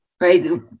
right